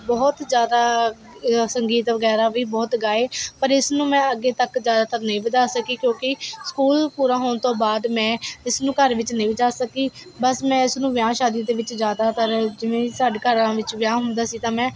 ਬਹੁਤ ਜ਼ਿਆਦਾ ਸੰਗੀਤ ਵਗੈਰਾ ਵੀ ਬਹੁਤ ਗਾਏ ਪਰ ਇਸ ਨੂੰ ਮੈਂ ਅੱਗੇ ਤੱਕ ਜ਼ਿਆਦਾਤਰ ਨਹੀਂ ਵਧਾ ਸਕੀ ਕਿਉਂਕਿ ਸਕੂਲ ਪੂਰਾ ਹੋਣ ਤੋਂ ਬਾਅਦ ਮੈਂ ਇਸਨੂੰ ਘਰ ਵਿੱਚ ਨਹੀਂ ਵਜਾ ਸਕੀ ਬਸ ਮੈਂ ਇਸ ਨੂੰ ਵਿਆਹ ਸ਼ਾਦੀ ਦੇ ਵਿੱਚ ਜ਼ਿਆਦਾਤਰ ਜਿਵੇਂ ਸਾਡੇ ਘਰਾਂ ਵਿੱਚ ਵਿਆਹ ਹੁੰਦਾ ਸੀ ਤਾਂ ਮੈਂ